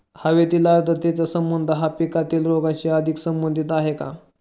हवेतील आर्द्रतेचा संबंध हा पिकातील रोगांशी अधिक संबंधित आहे का?